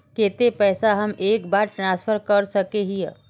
केते पैसा हम एक बार ट्रांसफर कर सके हीये?